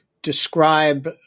Describe